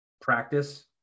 practice